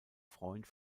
freund